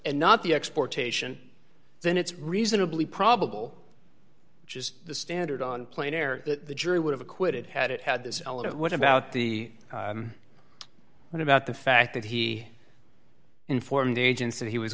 and not the exportation then it's reasonably probable which is the standard on plain air that the jury would have acquitted had it had this what about the what about the fact that he informed agents that he was